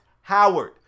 Howard